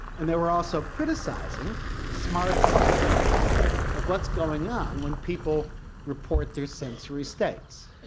and they were also criticising smart's account of what's going on when people report their sensory states.